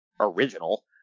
original